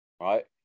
right